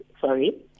sorry